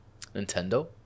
Nintendo